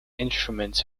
instruments